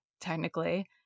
technically